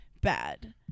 bad